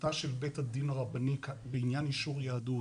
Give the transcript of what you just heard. שהחלטה של בית הדין הרבני בעניין אישור יהדות